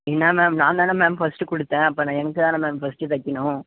என்னா மேம் நான் தானே மேம் ஃபர்ஸ்ட்டு கொடுத்தேன் அப்போ நான் எனக்கு தானே மேம் ஃபர்ஸ்ட்டு தைக்கணும்